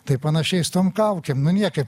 tai panašiai su tom kaukėm nu niekaip